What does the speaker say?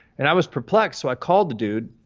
and i was perplexed, so i called the dude.